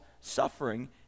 suffering